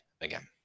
again